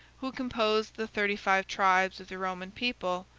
who composed the thirty-five tribes of the roman people,